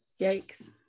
Yikes